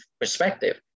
perspective